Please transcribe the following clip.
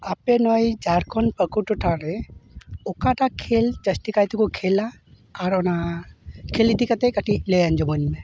ᱟᱯᱮ ᱱᱚᱣᱟ ᱡᱷᱟᱲᱠᱷᱚᱸᱰ ᱯᱟᱠᱩᱲ ᱴᱚᱴᱷᱟ ᱨᱮ ᱚᱠᱟᱴᱟᱜ ᱠᱷᱮᱞ ᱡᱟᱹᱥᱛᱤ ᱠᱟᱭᱛᱮᱠᱚ ᱠᱷᱮᱞᱟ ᱟᱨ ᱚᱱᱟ ᱠᱷᱮᱞ ᱤᱫᱤ ᱠᱟᱛᱮᱫ ᱠᱟᱹᱴᱤᱡ ᱞᱟᱹᱭ ᱟᱸᱡᱚᱢᱟᱹᱧ ᱢᱮ